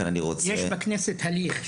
יש בכנסת הליך,